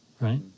right